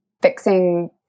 fixing